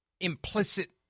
implicit